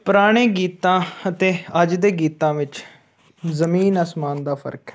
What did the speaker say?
ਪੁਰਾਣੇ ਗੀਤਾਂ ਅਤੇ ਅੱਜ ਦੇ ਗੀਤਾਂ ਵਿੱਚ ਜ਼ਮੀਨ ਅਸਮਾਨ ਦਾ ਫਰਕ ਹੈ